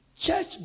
Church